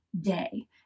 day